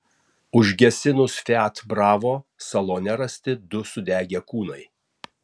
užgesinus fiat bravo salone rasti du sudegę kūnai